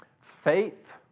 faith